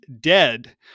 dead